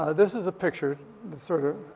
ah this is a picture that sort of, ah,